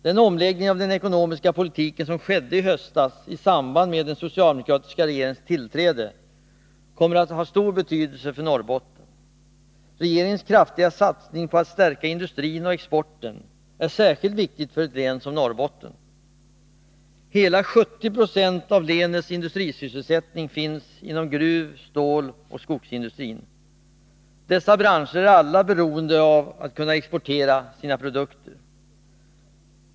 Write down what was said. Den omläggning i den ekonomiska politiken som skedde i höstas i samband med den socialdemokratiska regeringens tillträde kommer att ha stor betydelse för Norrbotten. Regeringens kraftiga satsning på att stärka industrin och exporten är särskilt viktig för ett län som Norrbotten. Hela 70 20 av länets industrisysselsättning finns inom gruv-, ståloch skogsindustrin. Dessa branscher är alla beroende av att kunna exportera sina produkter.